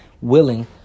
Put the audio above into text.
willing